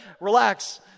relax